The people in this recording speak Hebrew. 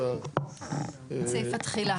את סעיף התחילה.